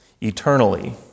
eternally